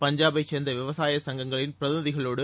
பஞ்சாபை சேர்ந்த விவசாய சங்கங்களின் பிரதிநிதிகளோடு